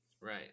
right